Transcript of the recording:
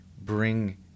bring